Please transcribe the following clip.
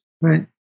Right